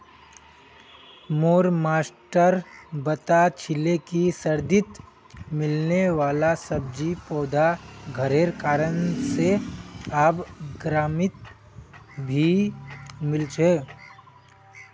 मोर मास्टर बता छीले कि सर्दित मिलने वाला सब्जि पौधा घरेर कारण से आब गर्मित भी मिल छे